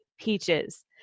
peaches